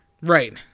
Right